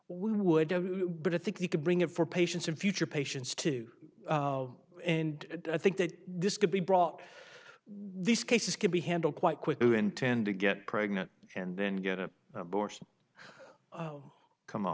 think you could bring it for patients in future patients too and i think that this could be brought these cases can be handled quite quickly tend to get pregnant and then get an abortion oh come on